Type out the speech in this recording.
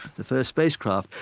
the first spacecraft.